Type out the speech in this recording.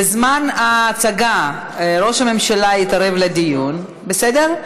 בזמן ההצגה ראש הממשלה התערב בדיון, בסדר?